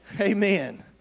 Amen